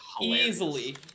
Easily